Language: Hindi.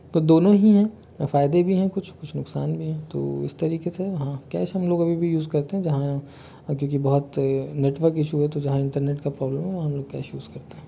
तो दोनों ही हैं फ़ायदे भी है कुछ कुछ नुकसान भी है तो इस तरीके से हाँ कैश हम लोग अभी भी यूज़ करते है जहाँ क्योंकि बहुत नेटवर्क इशू हो तो जहाँ इंटरनेट का प्रॉबलम हो वहाँ हम कैश यूज़ करते हैं